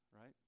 right